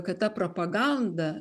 kad ta propaganda